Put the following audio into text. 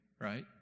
right